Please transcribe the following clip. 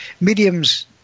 mediums